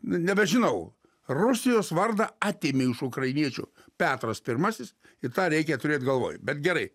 nebežinau rusijos vardą atėmė iš ukrainiečių petras pirmasis ir tą reikia turėt galvoj bet gerai